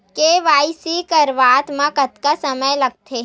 KYC करवात म कतका समय लगथे?